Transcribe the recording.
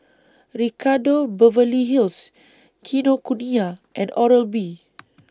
Ricardo Beverly Hills Kinokuniya and Oral B